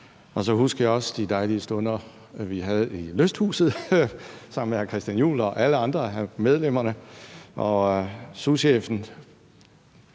Og så husker jeg også de dejlige stunder, vi havde i lysthuset sammen med hr. Christian Juhl og alle andre medlemmer. Souschefen